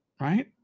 right